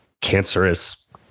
cancerous